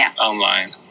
online